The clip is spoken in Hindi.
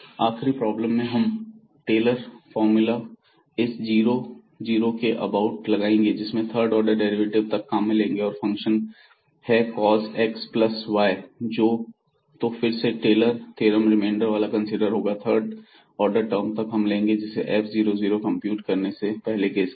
आखिरी प्रॉब्लम में हम टेलर फार्मूला इस 000 के अबाउट लगाएंगे जिसमें थर्ड ऑर्डर डेरिवेटिव तक काम में लेंगे और फंक्शन है cos x प्लस y तो फिर से टेलर थ्योरेम रिमेंडर वाला कंसीडर होगा और थर्ड ऑर्डर टर्म तक हम लेंगे सबसे पहले हम f00 कंप्यूट करेंगे पहले केस की तरह